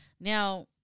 Now